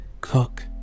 Cook